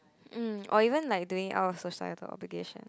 mm or even like doing our societal obligation